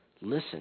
Listen